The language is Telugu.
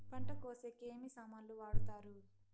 పంట కోసేకి ఏమి సామాన్లు వాడుతారు?